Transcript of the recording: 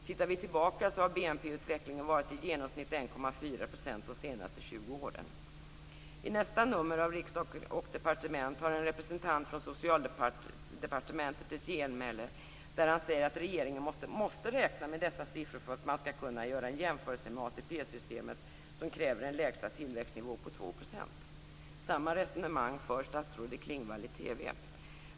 Tittar vi tillbaka ser vi att BNP-utvecklingen har varit i genomsnitt 1,4 % de senaste 20 åren. I nästa nummer av Från Riksdag & Departement har en representant från Socialdepartementet ett genmäle där han säger att regeringen måste räkna med dessa siffror för att man skall kunna göra en jämförelse med ATP-systemet, som kräver en lägsta tillväxtnivå på 2 %. Samma resonemang för statsrådet Klingvall i TV.